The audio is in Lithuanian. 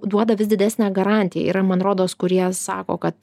duoda vis didesnę garantiją yra man rodos kurie sako kad